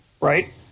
right